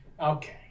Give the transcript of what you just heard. okay